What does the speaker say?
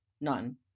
none